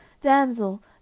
Damsel